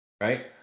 right